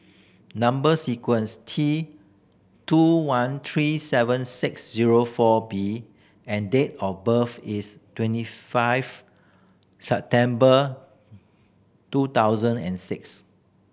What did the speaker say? number sequence T two one three seven six zero four B and date of birth is twenty five September two thousand and six